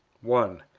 one.